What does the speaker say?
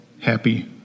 happy